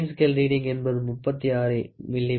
5 cm Diameter M